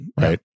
Right